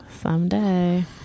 Someday